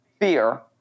fear